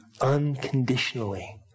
unconditionally